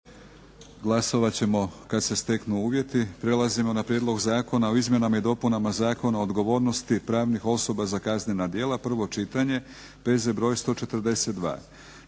glasovat ćemo kad se steknu uvjeti. **Leko, Josip (SDP)** Prijedlog zakona o izmjenama i dopunama Zakona o odgovornosti pravnih osoba za kaznena djela, prvo čitanje, PZ br. 142.